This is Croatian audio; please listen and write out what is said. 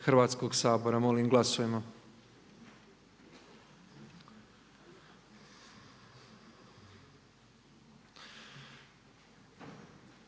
Hrvatskoga sabora. Molim glasujmo.